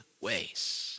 ways